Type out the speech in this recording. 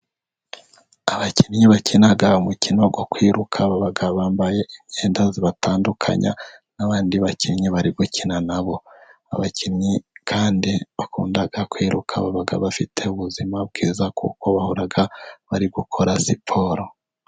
Abakinnyi bakina umukino wo kwiruka, bambaye imyenda ibatandukanya n'abandi bakinnyi bari gukina na bo, abakinnyi kandi bakunda kwiruka baba bafite ubuzima bwiza kuko bahora bari gukora siporo